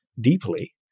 deeply